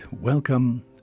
welcome